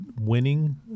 winning